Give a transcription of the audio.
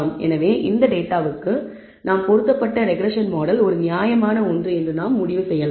எனவே இந்தத் டேட்டாவுக்கு நாம் பொருத்தப்பட்ட ரெக்ரெஸ்ஸன் மாடல் ஒரு நியாயமான ஒன்று என்று நாம் முடிவு செய்யலாம்